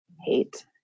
hate